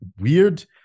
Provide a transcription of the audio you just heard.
weird